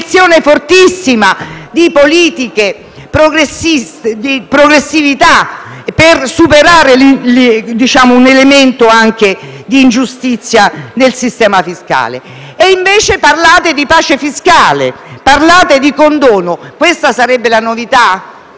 un'iniezione fortissima di politiche di progressività per superare l'elemento di ingiustizia nel sistema fiscale. E invece parlate di pace fiscale e di condono: questa sarebbe la novità?